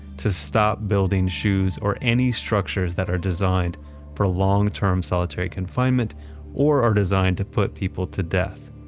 to stop building shus, or any structures that are designed for long term solitary confinement or are designed to put people to death.